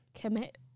commit